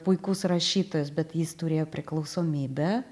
puikus rašytojas bet jis turėjo priklausomybę